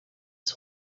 his